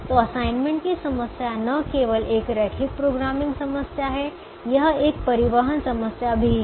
तो असाइनमेंट की समस्या न केवल एक रैखिक प्रोग्रामिंग समस्या है यह एक परिवहन समस्या भी है